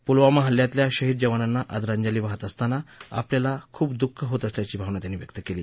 पुलवामा हल्ल्यातल्या शहीद जवानांना आदरांजली वाहत असताना आपल्याला खुप दुःख होत असल्याची भावना त्यांनी व्यक्त केली